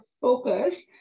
focus